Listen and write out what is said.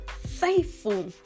faithful